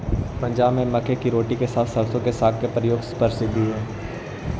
पंजाब में मक्के की रोटी के साथ सरसों का साग का प्रयोग प्रसिद्ध हई